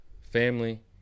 family